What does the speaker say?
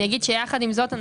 אני אגיד שיחד עם זאת,